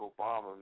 Obama